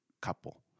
couple